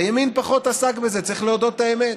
הימין פחות עסק בזה, צריך להודות על האמת.